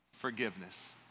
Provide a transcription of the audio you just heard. Forgiveness